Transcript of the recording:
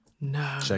no